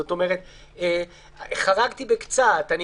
זאת אומרת כשהייתה קצת חריגה,